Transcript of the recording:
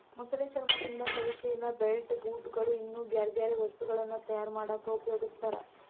ಮೊಸಳೆ ಚರ್ಮದಿಂದ ಕೈ ಚೇಲ, ಬೆಲ್ಟ್, ಬೂಟ್ ಗಳು, ಇನ್ನೂ ಬ್ಯಾರ್ಬ್ಯಾರೇ ವಸ್ತುಗಳನ್ನ ತಯಾರ್ ಮಾಡಾಕ ಉಪಯೊಗಸ್ತಾರ